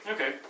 Okay